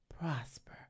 prosper